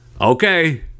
okay